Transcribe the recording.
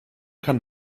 kann